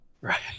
Right